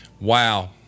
Wow